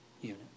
unit